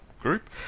group